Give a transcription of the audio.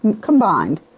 combined